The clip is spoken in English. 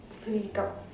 free talk